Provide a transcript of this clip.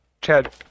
Chad